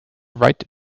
write